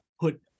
put